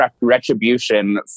retribution